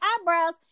eyebrows